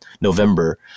November